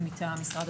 עליהם.